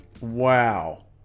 Wow